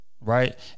Right